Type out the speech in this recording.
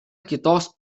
kitos